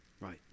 Right